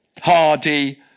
Hardy